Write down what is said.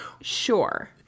Sure